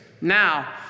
Now